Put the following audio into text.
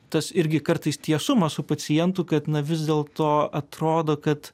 tas irgi kartais tiesumas su pacientu kad na vis dėlto atrodo kad